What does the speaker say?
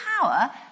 power